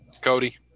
Cody